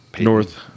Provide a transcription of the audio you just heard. North